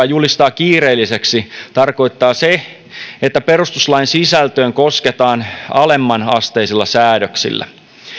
julistaa kiireelliseksi tarkoittaa se että perustuslain sisältöön kosketaan alemmanasteisilla säädöksillä